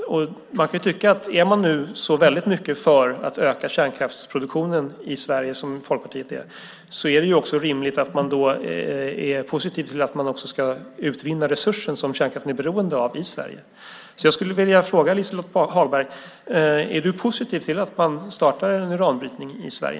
Vi kan tycka att om man är för att öka kärnkraftsproduktionen i Sverige, som Folkpartiet är, är det rimligt att man också är positiv till att vi ska utvinna den resurs som kärnkraften är beroende av i Sverige. Jag skulle vilja fråga Liselott Hagberg: Är du positiv till att man startar uranbrytning i Sverige?